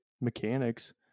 mechanics